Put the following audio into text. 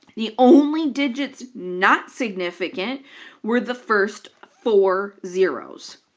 the only digits not significant were the first four zeroes.